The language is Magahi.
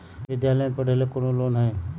विद्यालय में पढ़े लेल कौनो लोन हई?